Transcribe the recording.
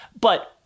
but-